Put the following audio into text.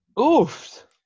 Oof